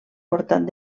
portat